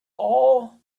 all